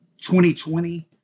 2020